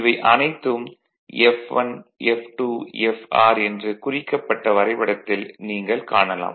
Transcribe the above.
இவை அனைத்தும் F1 F2 Fr என்று குறிக்கப்பட்ட வரைபடத்தில் நீங்கள் காணலாம்